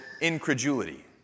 incredulity